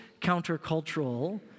countercultural